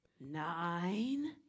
Nine